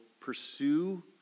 pursue